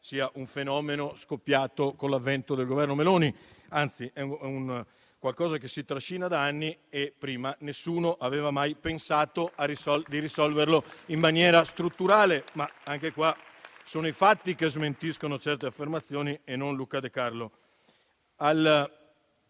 sia un fenomeno scoppiato con l'avvento del Governo Meloni, anzi è qualcosa che si trascina da anni, che nessuno aveva mai pensato di risolvere in maniera strutturale. Anche in tal caso però sono i fatti che smentiscono certe affermazioni e non Luca De Carlo.